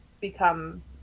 become